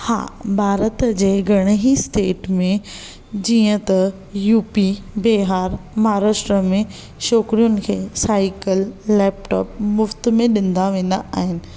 हा भारत जे घणे ही स्टेट में जीअं त यूपी बिहार महाराष्ट्र में छोकिरियुनि खे साइकल लैपटॉप मुफ्त में ॾिंदा वेंदा आहिनि